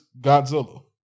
Godzilla